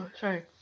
Sorry